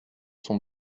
son